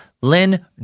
Lynn